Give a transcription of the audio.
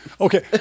Okay